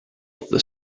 the